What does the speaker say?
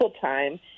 time